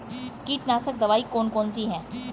कीटनाशक दवाई कौन कौन सी हैं?